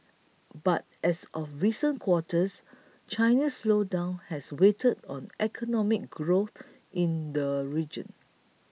but as of recent quarters China's slowdown has weighed on economic growth in the region